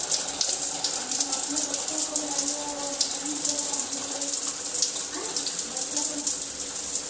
अपने बच्चों को लगाइए और हसबैन्ड को लगा दीजिए आँय बच्चों को